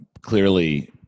clearly